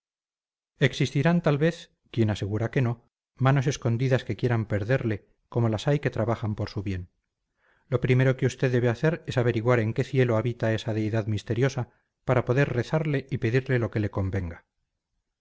existirán tal vez quién asegura que no manos escondidas que quieran perderle como las hay que trabajan por su bien lo primero que usted debe hacer es averiguar en qué cielo habita esa deidad misteriosa para poder rezarle y pedirle lo que le convenga